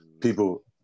People